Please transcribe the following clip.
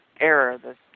error